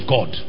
God